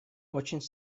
очень